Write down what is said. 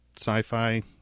sci-fi